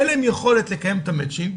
אין להם יכולת לקיים את המצ'ינג,